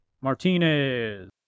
Martinez